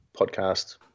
podcast